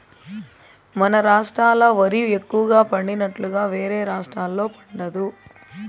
మన రాష్ట్రాల ఓరి ఎక్కువగా పండినట్లుగా వేరే రాష్టాల్లో పండదు